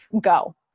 go